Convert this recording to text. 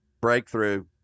breakthrough